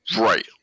Right